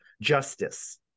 justice